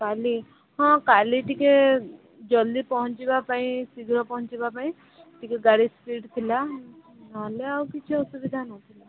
କାଲି ହଁ କାଲି ଟିକେ ଜଲ୍ଦି ପହଞ୍ଚିବା ପାଇଁ ଶୀଘ୍ର ପହଞ୍ଚିଯିବା ପାଇଁ ଟିକେ ଗାଡ଼ି ସ୍ପିଡ଼୍ ଥିଲା ନହେଲେ ଆଉ କିଛି ଅସୁବିଧା ନଥିଲା